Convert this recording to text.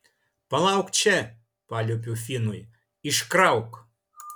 palauk čia paliepiu finui iškrauk